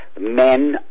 men